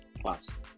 plus